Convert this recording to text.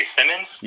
Simmons